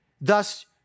Thus